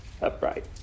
upright